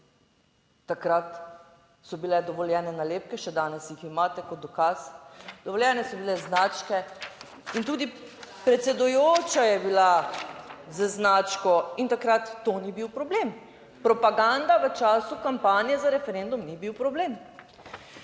takrat so bile dovoljene nalepke, še danes jih imate kot dokaz, dovoljene so bile značke in tudi predsedujoča je bila z značko. In takrat to ni bil problem. Propaganda v času kampanje za referendum ni bil problem.